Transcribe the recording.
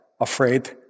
afraid